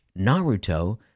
Naruto